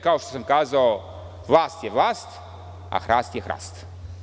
Kao što sam kazao, vlast je vlast, a hrast je hrast.